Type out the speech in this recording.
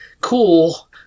cool